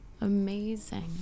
amazing